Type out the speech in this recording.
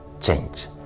change